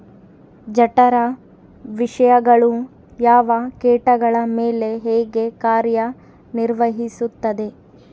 ಜಠರ ವಿಷಯಗಳು ಯಾವ ಕೇಟಗಳ ಮೇಲೆ ಹೇಗೆ ಕಾರ್ಯ ನಿರ್ವಹಿಸುತ್ತದೆ?